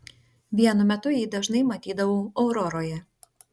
vienu metu jį dažnai matydavau auroroje